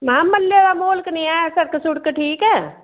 महां म्हल्ले दा म्हौल कनेहा ऐ सड़क सुड़क ठीक ऐ